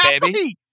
baby